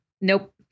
Nope